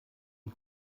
die